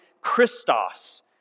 Christos